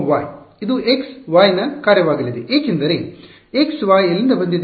ಇದು x y ನ ಕಾರ್ಯವಾಗಲಿದೆ ಏಕೆಂದರೆ x y ಎಲ್ಲಿಂದ ಬಂದಿದೆ